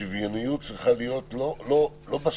השוויוניות צריכה להיות לא בסוף.